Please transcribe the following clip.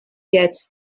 get